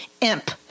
imp